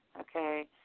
Okay